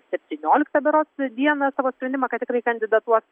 septynioliktą berods dieną savo sprendimą kad tikrai kandidatuos